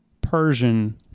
Persian